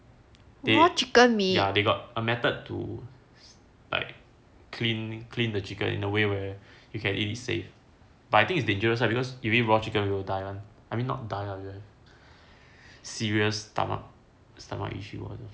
ya they got a method to like clean clean the chicken in a way where you can eat it safe but I think it's dangerous lah because if you eat raw chicken you will die I mean not die lah serious stomach stomach issue one